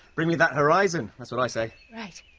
bring me that horizon that's what i say! right.